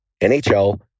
NHL